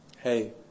hey